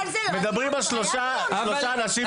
מדברים על שלושה אנשים,